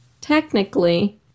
technically